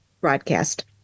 broadcast